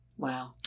wow